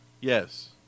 Yes